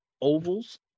ovals